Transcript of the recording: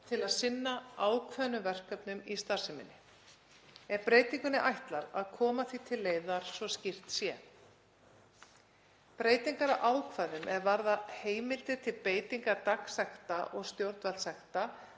til að sinna ákveðnum verkefnum í starfseminni. Er breytingunni ætlað að koma því til leiðar svo skýrt sé. Breytingar á ákvæðum er varða heimildir til beitingar dagsekta og stjórnvaldssekta